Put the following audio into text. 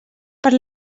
per